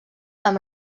amb